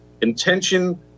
intention